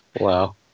Wow